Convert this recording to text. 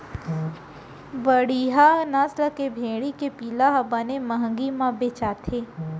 बड़िहा नसल के भेड़ी के पिला ह बने महंगी म बेचाथे